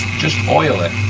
just oil it.